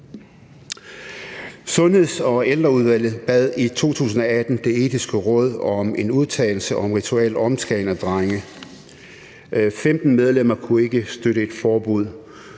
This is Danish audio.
Sundheds- og Ældreudvalget bad i 2018 Det Etiske Råd om en udtalelse om rituel omskæring af drenge. 15 medlemmer kunne ikke støtte et forbud,